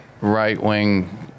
right-wing